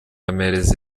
ampereza